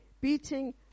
beating